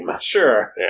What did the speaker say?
Sure